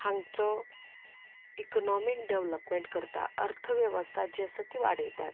हांगचो economic development करतात अर्थवेवस्था जी आसा ती वाडयतात